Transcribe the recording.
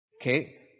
Okay